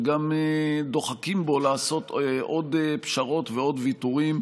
וגם דוחקים בו לעשות עוד פשרות ועוד ויתורים,